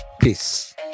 peace